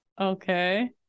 Okay